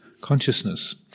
consciousness